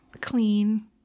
clean